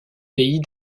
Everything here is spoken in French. pays